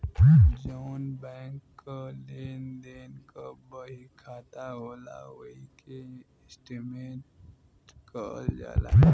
जौन बैंक क लेन देन क बहिखाता होला ओही के स्टेट्मेंट कहल जाला